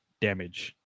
damage